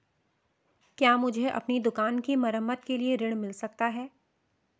क्या मुझे अपनी दुकान की मरम्मत के लिए ऋण मिल सकता है?